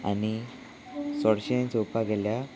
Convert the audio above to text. आनी चडशें चोवपाक गेल्यार